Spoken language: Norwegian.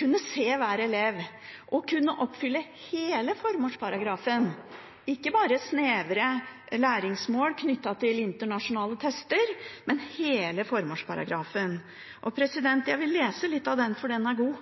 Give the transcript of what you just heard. kunne se hver elev og kunne oppfylle hele formålsparagrafen, ikke bare snevre læringsmål knyttet til internasjonale tester, men hele formålsparagrafen. Jeg vil lese litt av den, for den er god: